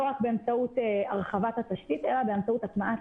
רק באמצעות הרחבת התשתית אלא באמצעות הטמעת